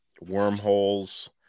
wormholes